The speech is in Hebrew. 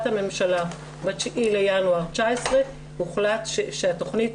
בהחלטת הממשלה ב-9.1.19 הוחלט שהתכנית